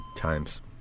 Times